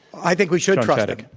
i think we should trust them.